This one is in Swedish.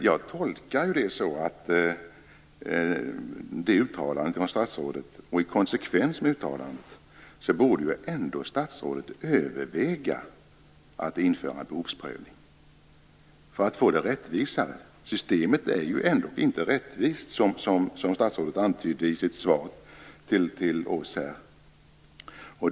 Jag tolkar det uttalandet så att statsrådet i konsekvens därmed borde överväga att införa behovsprövning, för att få det rättvisare. Systemet är ju inte rättvist, som statsrådet antyder i sitt svar här.